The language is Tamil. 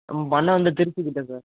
நம்ம பண்ணை வந்து திருச்சிக் கிட்ட சார்